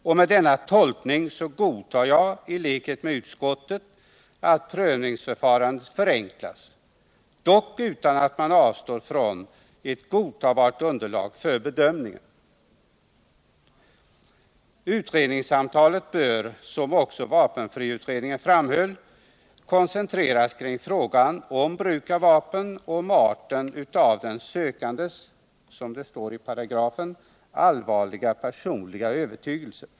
Och med denna tolkning godtar jag i likhet med utskottet att prövningsförfarandet förenklas, dock utan att man avstår från ett godtagbart underlag för bedömningen. Utredningssamtalet bör, som också vapenfriutredningen framhöll, koncentreras kring frågan om bruk av vapen och om arten av den sökandes, som det står i paragrafen, ”allvarliga personliga övertygelse”.